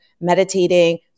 meditating